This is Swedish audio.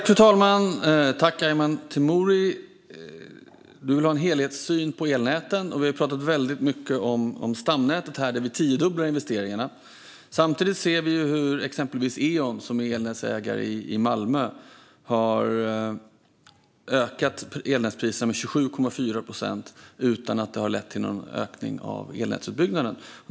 Fru talman! Du vill ha en helhetssyn i fråga om elnäten, Arman Teimouri. Vi har pratat väldigt mycket om stamnätet här, där vi tiodubblar investeringarna. Samtidigt ser vi hur exempelvis Eon, som är elnätsägare i Malmö, har ökat elnätspriserna med 27,4 procent utan att det har lett till någon ökning av elnätsutbyggnaden.